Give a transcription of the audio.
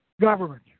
government